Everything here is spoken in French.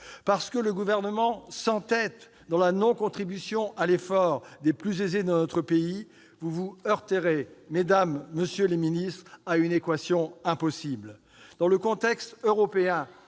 parce que le Gouvernement s'entête dans la non-contribution à l'effort des plus aisés de notre pays, vous vous heurterez, mesdames, monsieur les ministres, à une équation impossible. Dans un contexte européen